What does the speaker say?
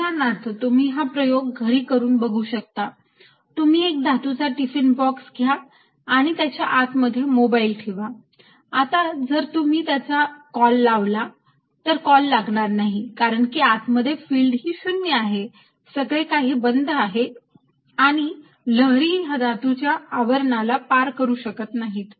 उदाहरणार्थ तुम्ही हा प्रयोग घरी करून बघू शकता तुम्ही एक धातूचा टिफिन बॉक्स घ्या आणि त्याच्या आत मध्ये मोबाईल ठेवा आता जर तुम्ही त्याला कॉल लावला तर कॉल लागणार नाही कारण की आत मध्ये फिल्ड ही 0 आहे सगळे काही बंद आहे आणि लहरी या धातूच्या आवरणाला पार करून जाऊ शकत नाहीत